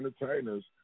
entertainers